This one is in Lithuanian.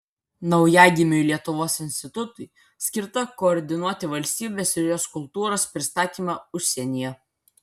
naujagimiui lietuvos institutui skirta koordinuoti valstybės ir jos kultūros pristatymą užsienyje